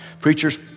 Preachers